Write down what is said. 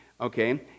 Okay